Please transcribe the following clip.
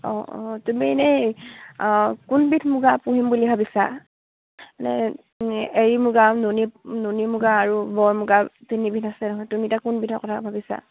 অঁ অঁ তুমি এনেই অঁ কোনবিধ মূগা পুহিম বুলি ভাবিছা নে এড়ী মূগা নুনী মূগা আৰু বৰ মূগা তিনিবিধ আছে নহয় তুমি এতিয়া কোনবিধৰ কথা ভাবিছা